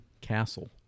castle